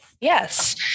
Yes